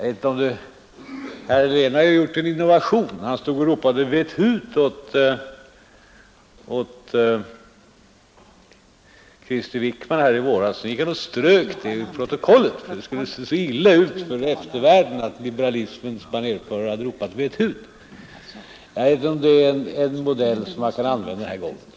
Herr Helén har gjort en innovation; han stod här i våras och ropade ”Vet hut!” åt Krister Wickman, och sedan strök han det ur protokollet — det skulle tydligen se illa ut för eftervälden att liberalismens banerförare hade ropat ”Vet hut! ”. Jag vet inte om det är en modell som han kan använda den här gången.